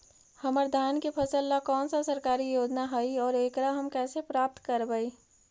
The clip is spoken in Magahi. हमर धान के फ़सल ला कौन सा सरकारी योजना हई और एकरा हम कैसे प्राप्त करबई?